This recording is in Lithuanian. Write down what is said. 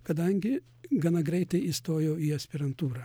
kadangi gana greitai įstojau į aspirantūrą